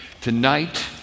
Tonight